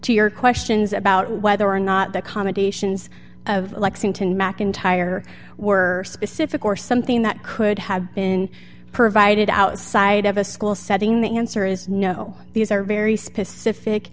to your questions about whether or not the comedy sions of lexington macintyre were specific or something that could have been provided outside of a school setting the answer is no these are very specific